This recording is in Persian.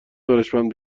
دانشمند